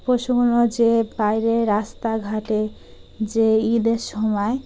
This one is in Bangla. পশুগুলো যে বাইরে রাস্তাঘাটে যে ঈদের সময়